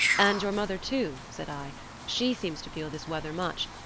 and your mother, too said i she seems to feel this weather much.